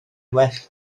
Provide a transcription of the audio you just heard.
well